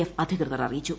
F അധികൃതർ അറിയിച്ചു